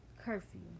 curfew